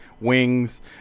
wings